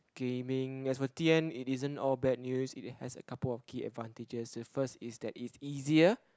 gaming as for t_n it isn't all bad news it has a couple of key advantages the first is that it's easier